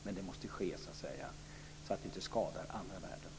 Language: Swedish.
Men det måste ske så att det inte skadar andra värden.